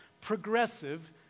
Progressive